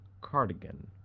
cardigan